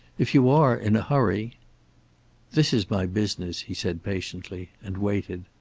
if you are in a hurry this is my business, he said patiently. and waited.